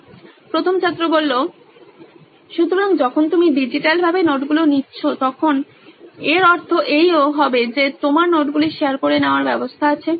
প্রথম ছাত্র সুতরাং যখন তুমি ডিজিটালভাবে নোটগুলি নিচ্ছো তখন এর অর্থ এইও হবে যে তোমার নোটগুলি শেয়ার করে নেওয়ার ব্যবস্থা আছে